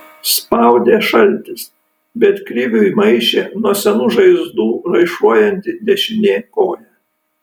spaudė šaltis bet kriviui maišė nuo senų žaizdų raišuojanti dešinė koja